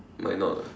might not ah